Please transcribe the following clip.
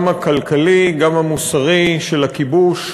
גם הכלכלי, גם המוסרי של הכיבוש.